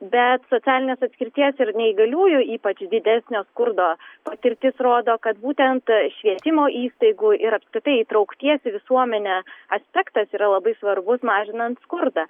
bet socialinės atskirties ir neįgaliųjų ypač didesnio skurdo patirtis rodo kad būtent švietimo įstaigų ir apskritai įtraukties į visuomenę aspektas yra labai svarbus mažinant skurdą